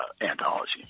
anthology